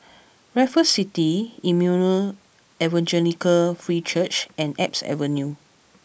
Raffles City Emmanuel Evangelical Free Church and Alps Avenue